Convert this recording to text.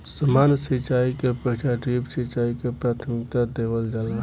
सामान्य सिंचाई के अपेक्षा ड्रिप सिंचाई के प्राथमिकता देवल जाला